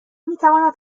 میتواند